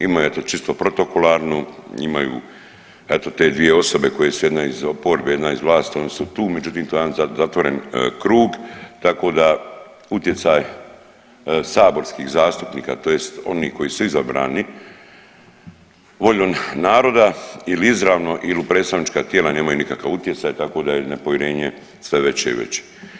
Ima eto čisto protokolarnu, imaju eto te dvije osobe koje su jedna iz oporbe jedna iz vlasti, oni su tu, međutim to je sad jedan zatvoren krug tako da utjecaj saborskih zastupnika tj. onih koji su izabrani voljom naroda ili izravno ili u predstavnička tijela nemaju nikakav utjecaj tako da je nepovjerenje sve veće i veće.